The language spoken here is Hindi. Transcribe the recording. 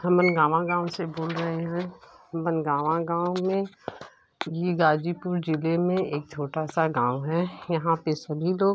हम बनगाँवा गाँव से बोल रहे हैं बनगाँवा गाँव में ये गाजीपुर ज़िले में एक छोटा सा गाँव है यहाँ पर सभी लोग